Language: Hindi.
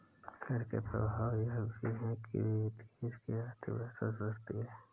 कर के प्रभाव यह भी है कि देश की आर्थिक व्यवस्था सुधरती है